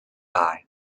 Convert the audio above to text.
eye